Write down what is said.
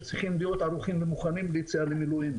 ואנחנו צריכים להיות ערוכים ומוכנים לכל תרחיש.